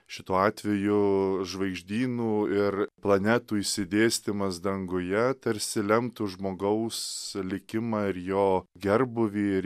šituo atveju žvaigždynų ir planetų išsidėstymas danguje tarsi lemtų žmogaus likimą ir jo gerbūvį ir